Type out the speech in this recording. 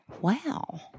Wow